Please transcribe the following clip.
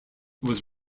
was